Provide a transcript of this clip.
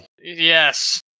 yes